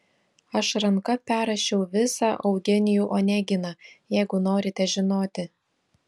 aš ranka perrašiau visą eugenijų oneginą jeigu norite žinoti